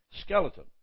skeleton